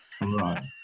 Right